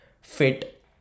fit